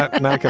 and i can